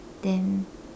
then